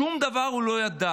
שום דבר הוא לא ידע.